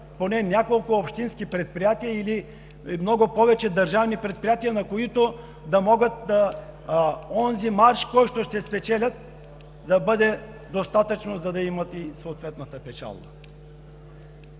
поне няколко общински предприятия или много повече държавни предприятия, които да могат, онзи марж, който ще спечелят, да бъде достатъчен, за да имат и съответната печалба.